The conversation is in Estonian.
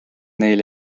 neil